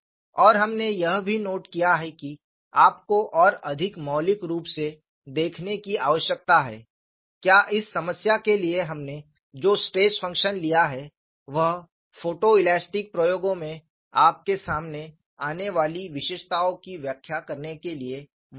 और हमने यह भी नोट किया है कि आपको और अधिक मौलिक रूप से देखने की आवश्यकता है क्या इस समस्या के लिए हमने जो स्ट्रेस फंक्शन लिया है वह फोटोइलास्टिक प्रयोगों में आपके सामने आने वाली विशेषताओं की व्याख्या करने के लिए वैध है